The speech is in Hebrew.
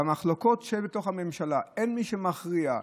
במחלוקות שבתוך הממשלה אין מי שמכריע,